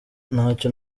ntacyo